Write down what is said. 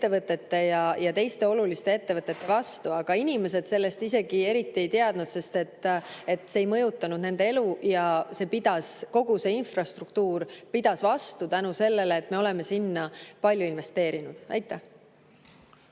energiaettevõtete ja teiste oluliste ettevõtete vastu, aga inimesed sellest isegi eriti ei teadnud, sest see ei mõjutanud nende elu ja kogu see infrastruktuur pidas vastu tänu sellele, et me oleme sinna palju investeerinud. Ja